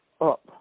up